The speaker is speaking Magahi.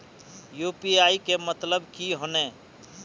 यु.पी.आई के मतलब की होने?